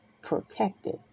protected